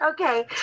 okay